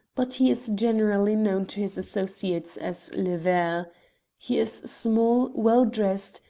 but he is generally known to his associates as le ver he is small, well dressed,